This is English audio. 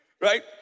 Right